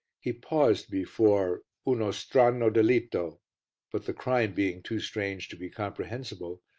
he paused before uno strano delitto but, the crime being too strange to be comprehensible,